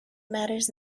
matters